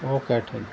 okay ٹھیک ہے